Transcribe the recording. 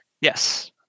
Yes